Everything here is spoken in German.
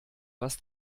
was